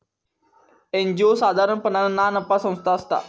NGO साधारणपणान ना नफा संस्था असता